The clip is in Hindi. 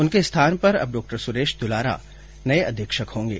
उनके स्थान पर अब डॉ सुरेश दुलारा नये अधीक्षक होंगे